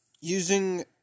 Using